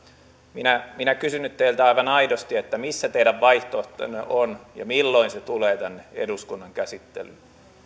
minä minä kysyn nyt teiltä aivan aidosti missä teidän vaihtoehtonne on ja milloin se tulee tänne eduskunnan käsittelyyn